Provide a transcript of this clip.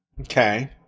Okay